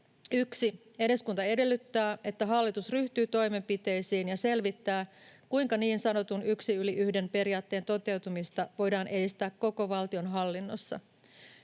”1. Eduskunta edellyttää, että hallitus ryhtyy toimenpiteisiin ja selvittää, kuinka niin sanotun yksi yli yhden -periaatteen toteutumista voidaan edistää koko valtionhallinnossa.